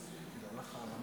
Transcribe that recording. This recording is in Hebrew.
חבריי חברי